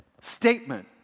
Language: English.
statement